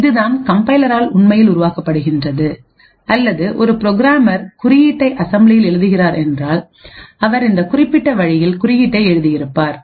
இது தான் கம்பைலரால் உண்மையில் உருவாக்கப்படுகின்றது அல்லது ஒரு புரோகிராமர் குறியீட்டை அசெம்பிளியில் எழுதுகிறார் என்றால் அவர் இந்த குறிப்பிட்ட வழியில் குறியீட்டை எழுதியிருப்பார்